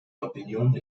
opinión